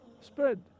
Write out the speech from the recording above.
spread